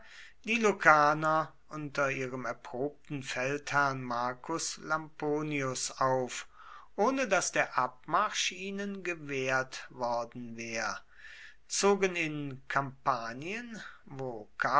die lucaner unter ihrem erprobten feldherrn marcus lamponius auf ohne daß der abmarsch ihnen gewehrt worden wäre zogen im kampanien wo